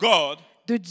God